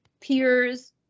Peers